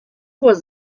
was